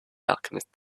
alchemist